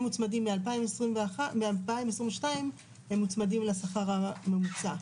הם מוצמדים מ-2022 לשכר הממוצע,